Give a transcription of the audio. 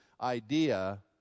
idea